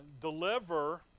deliver